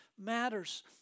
matters